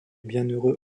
bienheureux